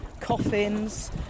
coffins